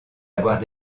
l’avoir